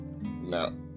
No